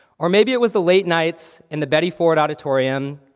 or maybe, it was the late nights in the betty ford auditorium,